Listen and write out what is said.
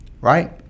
right